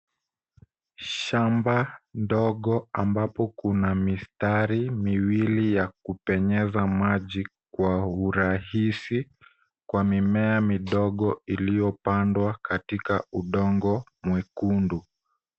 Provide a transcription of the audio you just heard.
Shamba dogo ambapo kuna mistari miwili ya kupenyeza maji kwa urahisi, kwa mimea midogo iliyopandwa katika udongo mwekundu.